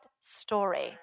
story